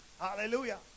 hallelujah